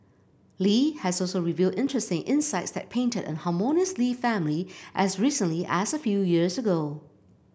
Li has also revealed interesting insights that painted a harmonious Lee family as recently as a few years ago